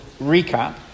recap